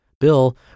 Bill